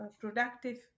productive